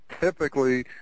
typically